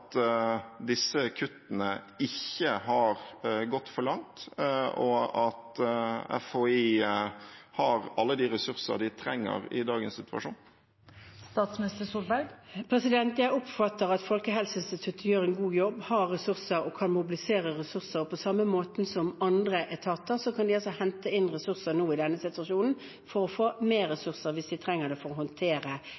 disse kuttene ikke har gått for langt, og at FHI har alle de ressursene de trenger i dagens situasjon? Jeg oppfatter at Folkehelseinstituttet gjør en god jobb, har ressurser og kan mobilisere ressurser. På samme måte som andre etater kan de hente inn ressurser nå i denne situasjonen for å få mer